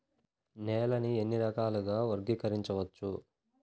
నేలని ఎన్ని రకాలుగా వర్గీకరించవచ్చు?